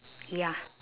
ya